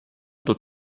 dort